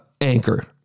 anchor